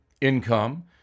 income